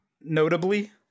notably